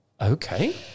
Okay